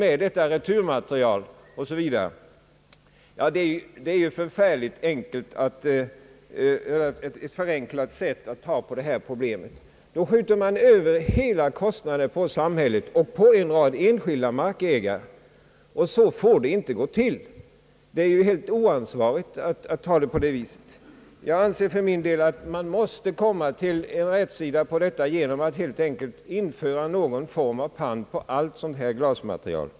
Ja, det resonemanget innebär en väldig förenkling av problemet; man skjuter över hela kostnaden på samhället och en rad enskilda markägare. Så får det inte gå till det är helt oansvarigt att ordna förhållandena så. Jag anser för min del att man måste komma till en rätsida på detta genom att införa någon form av pant på allt sådant här glasmaterial.